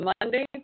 Monday